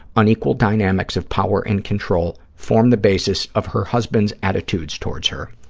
unequal dynamics of power and control form the basis of her husband's attitudes towards her.